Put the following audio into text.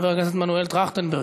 חבר הכנסת מנואל טרכטנברג,